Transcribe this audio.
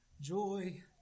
Joy